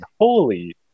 holy